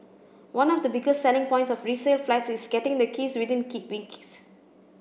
one of the biggest selling points of resale flats is getting the keys within weeks